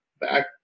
back